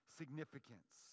significance